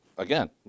Again